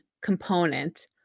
component